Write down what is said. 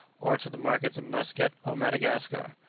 or to the markets of muscat or madagascar.